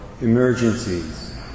emergencies